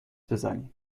بزنی